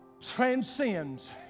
transcends